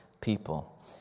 people